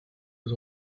aux